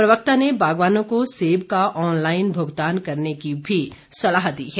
प्रवक्ता ने बागवानों को सेब का ऑनलाईन भुगतान करने की भी सलाह दी है